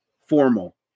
formal